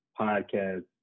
podcast